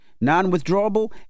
Non-withdrawable